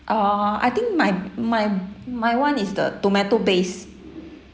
uh I think my my my [one] is the tomato base